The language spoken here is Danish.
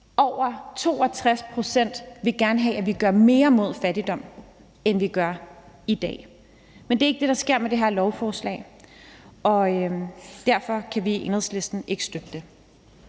Over 62 pct. vil gerne have, at vi gør mere mod fattigdom, end vi gør i dag, men det er ikke det, der sker det med her lovforslag. Derfor kan vi ikke støtte det